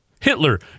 Hitler